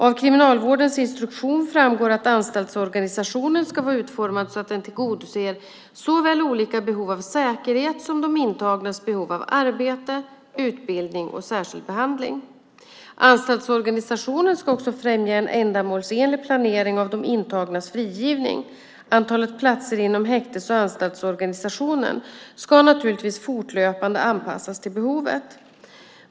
Av Kriminalvårdens instruktion framgår att anstaltsorganisationen ska vara utformad så att den tillgodoser såväl olika behov av säkerhet som de intagnas behov av arbete, utbildning och särskild behandling. Anstaltsorganisationen ska också främja en ändamålsenlig planering av de intagnas frigivning. Antalet platser inom häktes och anstaltsorganisationen ska naturligtvis fortlöpande anpassas till behovet.